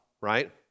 right